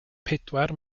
pedwar